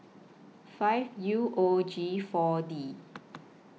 five U O G four D